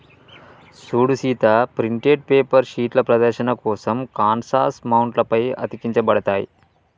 సూడు Sita printed paper షీట్లు ప్రదర్శన కోసం కాన్వాస్ మౌంట్ల పై అతికించబడతాయి